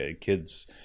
kids